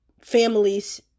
families